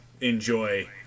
enjoy